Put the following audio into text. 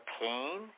pain